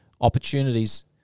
opportunities